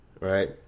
Right